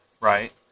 Right